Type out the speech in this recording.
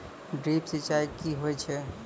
Drip सिंचाई कि होय छै?